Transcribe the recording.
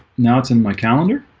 now it's in my calendar